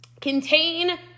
Contain